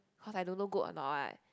cause I don't know good or not what